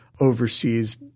overseas